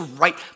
right